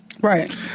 right